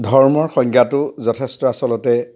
ধৰ্মৰ সংজ্ঞাটো যথেষ্ট আচলতে